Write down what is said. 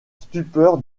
stupeur